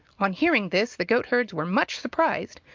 on hearing this the goat herds were much surprised,